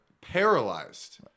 paralyzed